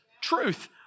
truth